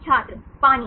छात्र पानी